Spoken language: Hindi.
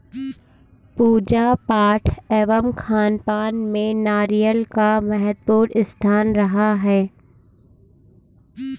पूजा पाठ एवं खानपान में नारियल का महत्वपूर्ण स्थान रहा है